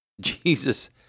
Jesus